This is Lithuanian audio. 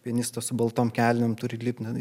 pianistas su baltom kelinėm turi lipt